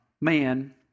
man